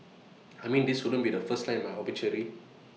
I mean this wouldn't be the first line in my obituary